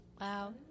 Wow